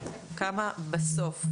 בסוף,